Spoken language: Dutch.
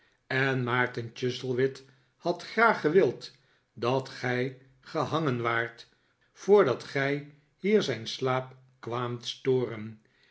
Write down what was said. en maarterichuzzlewit had graag gewild dat gij gehangen waart voordat gij hier zijn slaap kwaamt storen